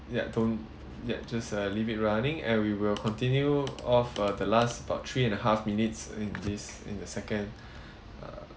yup don't yup just uh leave it running and we will continue of uh the last about three and a half minutes in this in the second uh